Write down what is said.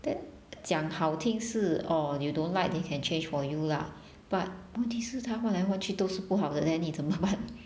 then 讲好听是 orh you don't like they can change for you lah but 问题是他换来换去都是不好的 then 你怎么办